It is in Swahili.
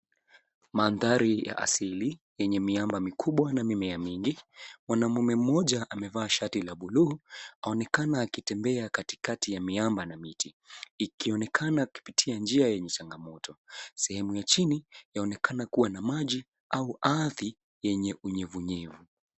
Mandhari ya asili yenye miamba mikubwa na mimea mingi. Mwanaume mmoja amevaa shati la buluu aonekana akitembea katikati ya miamba na miti ikionekana akipitia njia yenye changamoto. Sehemu ya chini yaonekana kuwa na maji au ardhi yenye unyevunyevu.